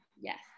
Yes